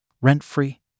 rent-free